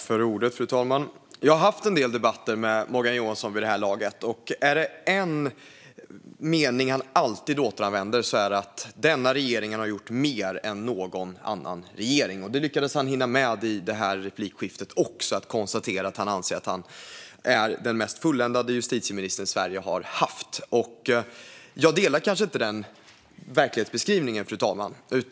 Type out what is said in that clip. Fru talman! Jag har haft en del debatter med Morgan Johansson vid det här laget. Och om det är en mening som han alltid återanvänder är det att denna regering har gjort mer än någon annan regering. Han lyckades också hinna med att i sitt anförande konstatera att han anser att han är den mest fulländade justitieminister som Sverige har haft. Jag delar kanske inte den verklighetsbeskrivningen.